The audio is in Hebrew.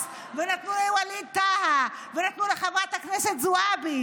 ונתנו לווליד טאהא ונתנו לחברת הכנסת זועבי